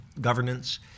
governance